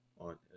on